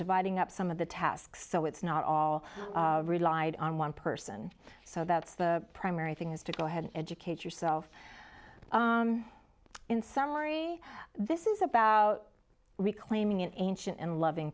dividing up some of the tasks so it's not all relied on one person so that's the primary thing is to go ahead and educate yourself in summary this is about reclaiming an ancient and loving